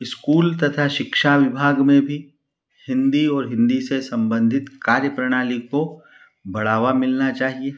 school तथा शिक्षा विभाग में भी हिन्दी और हिन्दी से सम्बन्धित कार्य प्रणाली को बढ़ावा मिलना चाहिए